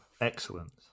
Excellent